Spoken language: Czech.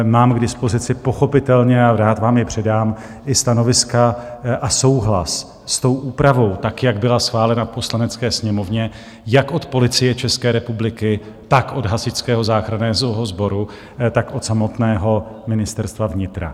Mám k dispozici pochopitelně, a rád vám je předám, i stanoviska a souhlas s tou úpravou tak, jak byla schválena v Poslanecké sněmovně, jak od Policie České republiky, tak od Hasičského záchranného sboru, tak od samotného Ministerstva vnitra.